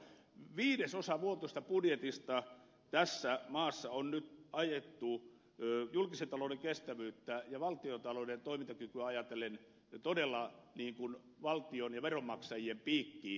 viidesosa vuotuisesta budjetista tässä maassa on nyt ajettu julkisen talouden kestävyyttä ja valtiontalouden toimintakykyä ajatellen todella valtion ja veronmaksajien piikkiin